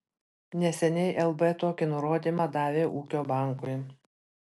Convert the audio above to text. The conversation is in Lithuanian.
neseniai lb tokį nurodymą davė ūkio bankui